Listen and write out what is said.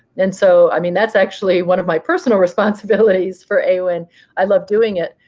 and so i mean, that's actually one of my personal responsibilities for awin. i love doing it,